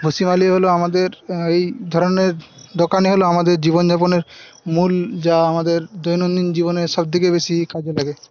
ভুষিমালই হল আমাদের এই ধরনের দোকানই হল আমাদের জীবনযাপনের মূল যা আমাদের দৈনন্দিন জীবনে সবথেকে বেশি কাজে লাগে